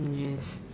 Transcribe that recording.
yes